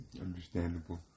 Understandable